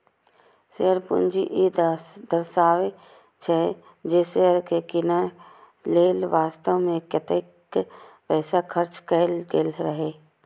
share पूंजी ई दर्शाबै छै, जे शेयर कें कीनय लेल वास्तव मे कतेक पैसा खर्च कैल गेल रहै